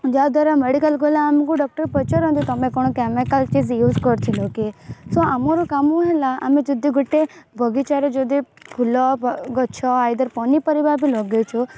ଯାହା ଦ୍ଵାରା ମେଡ଼ିକାଲ ଗଲେ ଆମକୁ ଡକ୍ଟର ପଚାରନ୍ତି ତମେ କ'ଣ କେମିକାଲ ଚିଯ ୟୁଜ କରିଥିଲ କି ସୋ ଆମର କାମ ହେଲା ଆମେ ଯଦି ଗୋଟେ ବଗିଚାରେ ଯଦି ଫୁଲ ବ ଗଛ ଆଇଦର ପନିପରିବା ବି ଲଗାଇଛୁ